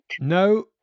No